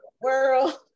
World